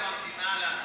יוליה ממתינה להצבעה.